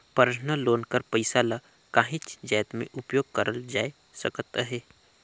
personal loan कर पइसा ल काहींच जाएत में उपयोग करल जाए सकत अहे